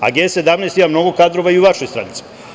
A, G17 ima mnogo kadrova i u vašoj stranci.